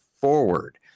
forward